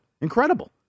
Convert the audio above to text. Incredible